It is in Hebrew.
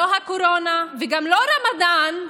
נא לא להפריע.